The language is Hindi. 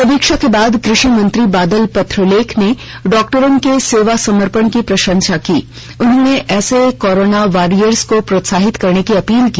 समीक्षा के बाद कृषि मंत्री बादल पत्रलेख ने डॉक्टरों के सेवा समर्पण की प्रशंसा की उन्होंने ऐसे कोरोना वारियर्स को प्रोत्साहित करने की अपील की